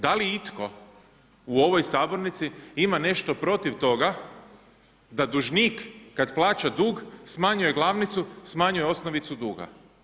Da li itko u ovoj sabornici ima nešto protiv toga da dužnik kada plaća dug smanjuje glavnicu, smanjuje osnovicu duga?